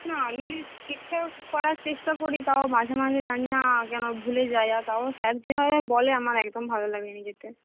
না আমি ঠিকঠাক পড়ার চেষ্টা করি তাও মাঝেমাঝে জানি না কেন ভুলে যাই আর তার স্যার যেভাবে বলে আমার একদম ভালো লাগে না যেতে